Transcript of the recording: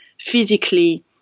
physically